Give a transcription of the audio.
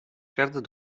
verder